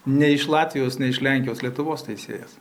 ne iš latvijos ne iš lenkijos lietuvos teisėjas